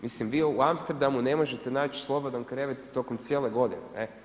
Mislim vi u Amsterdamu, ne možete naći slobodan krevet tokom cijele godine, ne.